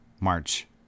March